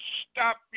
stop